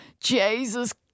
Jesus